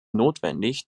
notwendig